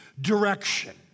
direction